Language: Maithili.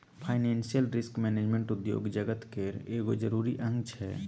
फाइनेंसियल रिस्क मैनेजमेंट उद्योग जगत केर एगो जरूरी अंग छै